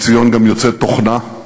מציון גם יוצאת תוכנה,